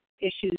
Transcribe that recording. issues